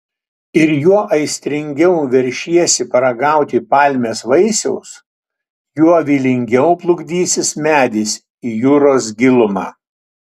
ir juo aistringiau veršiesi paragauti palmės vaisiaus juo vylingiau plukdysis medis į jūros gilumą